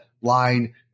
line